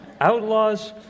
outlaws